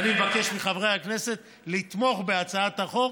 אני מבקש מחברי הכנסת לתמוך בהצעת החוק,